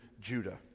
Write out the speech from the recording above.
Judah